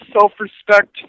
self-respect